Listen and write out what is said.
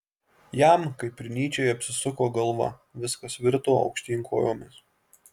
jam kaip ir nyčei apsisuko galva viskas virto aukštyn kojomis